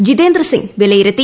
ജിതേന്ദ്ര സിംഗ് വിലയിരുത്തി